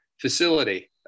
facility